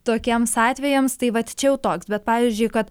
tokiems atvejams tai vat čia jau toks bet pavyzdžiui kad